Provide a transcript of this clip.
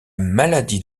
maladie